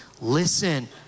Listen